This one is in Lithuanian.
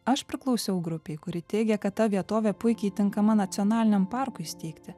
aš priklausiau grupei kuri teigia kad ta vietovė puikiai tinkama nacionaliniam parkui steigti